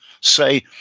say